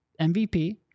MVP